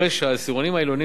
הרי שהעשירונים העליונים,